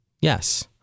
Yes